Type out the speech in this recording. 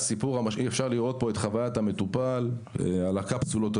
אפשר לראות פה את חווית המטופל לגבי הקפסולות,